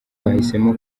bahisemo